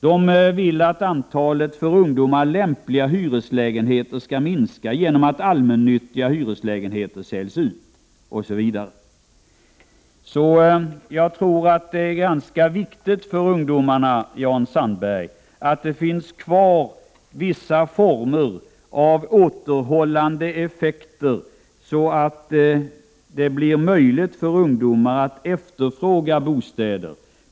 De vill att antalet för ungdomar lämpliga hyreslägenheter skall minska genom att allmännyttans hyreslägenheter säljs ut osv. Jag tror, Jan Sandberg, att det är viktigt för ungdomarna att det finns kvar vissa former av återhållande effekter, så att det blir möjligt för ungdomar att efterfråga bostäder.